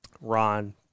Ron